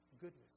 goodness